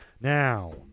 Now